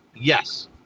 Yes